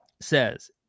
says